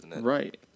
Right